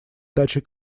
дачей